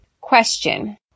Question